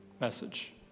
message